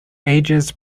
ages